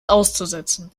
auszusetzen